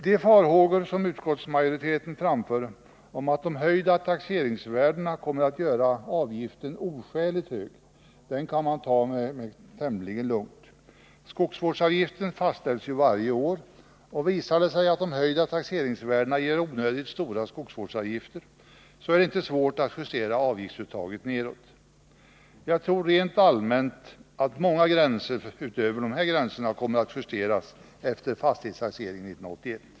De farhågor som utskottsmajoriteten framför om att de höjda taxeringsvärdena kommer att göra avgiften oskäligt hög, kan man ta tämligen lugnt. Skogsvårdsavgiften fastställs ju varje år, och visar det sig att de höjda Nr 109 taxeringsvärdena ger onödigt stora skogsvårdsavgifter, så är det inte svårt att Onsdagen den justera avgiftsuttaget nedåt. Jag tror rent allmänt att många gränser utöver 26 mars 1980 dessa gränser kommer att justeras efter fastighetstaxeringen 1981.